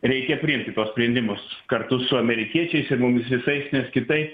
reikia priimti tuos sprendimus kartu su amerikiečiais ir mumis visais nes kitaip